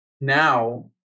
now